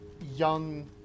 young